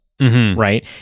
Right